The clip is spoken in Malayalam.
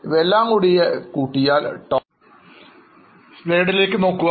ഇവയെല്ലാംകൂടി കൂട്ടിയാൽ Total expense കണ്ടെത്താം